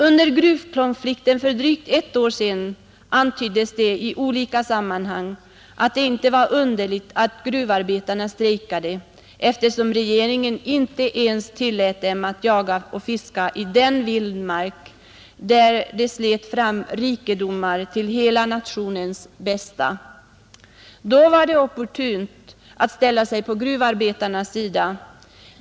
Under gruvkonflikten för drygt ett år sedan antyddes det i olika sammanhang att det inte var underligt att gruvarbetarna strejkade, eftersom regeringen inte ens tillät dem att jaga och fiska i den vildmark, där de slet fram rikedomar till hela nationens bästa. Då var det opportunt att ställa sig på gruvarbetarnas sida.